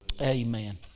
amen